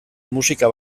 musika